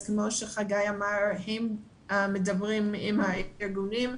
כמו שחגי אמר, הם מדברים עם הארגונים.